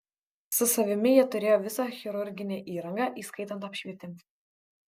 su savimi jie turėjo visą chirurginę įrangą įskaitant apšvietimą